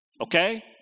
Okay